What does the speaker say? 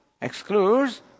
excludes